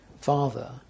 father